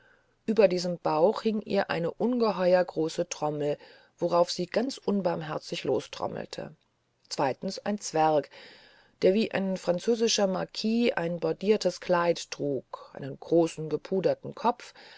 über diesen bauch hing ihr eine ungeheuer große trommel worauf sie ganz unbarmherzig lostrommelte zweitens ein zwerg der wie ein altfranzösischer marquis ein brodiertes kleid trug einen großen gepuderten kopf